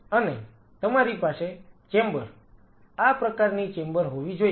તેથી અને તમારી પાસે ચેમ્બર આ પ્રકારની ચેમ્બર હોવી જોઈએ